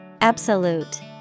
Absolute